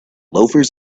loafers